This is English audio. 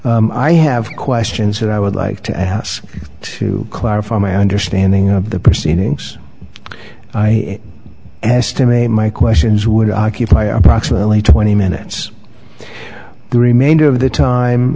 i have questions that i would like to house to clarify my understanding of the proceedings i estimate my questions would occupy our proximately twenty minutes the remainder of the time